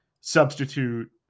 substitute